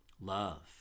Love